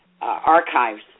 archives